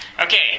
Okay